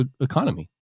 economy